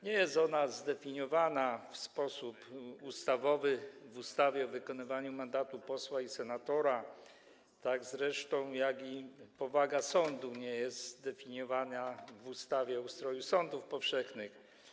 Nie jest ono zdefiniowane w sposób ustawowy, w ustawie o wykonywaniu mandatu posła i senatora, tak zresztą jak powaga sądu nie jest zdefiniowana w ustawie o ustroju sądów powszechnych.